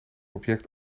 object